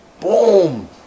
boom